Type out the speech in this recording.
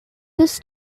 this